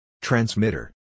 Transmitter